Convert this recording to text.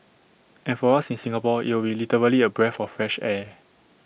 and for us in Singapore IT would be literally A breath of fresh air